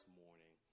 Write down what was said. morning